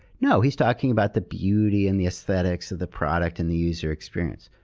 no. he's talking about the beauty and the aesthetics of the product, and the user experience.